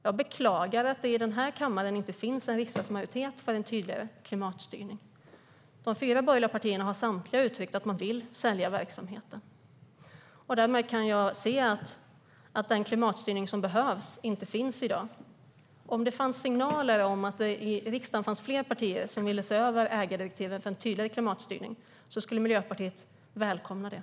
Jag beklagar att det inte finns en riksdagsmajoritet för en tydligare klimatstyrning. De fyra borgerliga partierna har samtliga uttryckt att man vill sälja verksamheten. Därmed kan jag se att den klimatstyrning som behövs inte finns i dag. Om det fanns signaler om att fler partier i riksdagen ville se över ägardirektivet för en tydligare klimatstyrning skulle Miljöpartiet välkomna det.